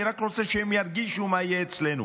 אני רק רוצה שהם ירגישו מה יהיה אצלנו.